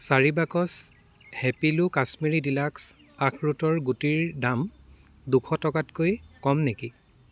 চাৰি বাকচ হেপিলো কাশ্মীৰী ডিলাক্স আখৰোটৰ গুটিৰ দাম দুশ টকাতকৈ কম নেকি